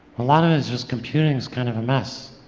a lot of it is just computing's kind of a mess.